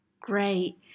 Great